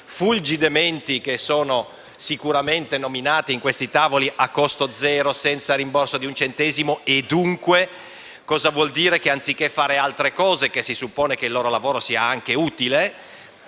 fulgide menti, sicuramente nominate in questi tavoli a costo zero, senza il rimborso di un centesimo? Ciò peraltro vuol dire che, anziché fare altre cose (perché si suppone che il loro lavoro sia anche utile),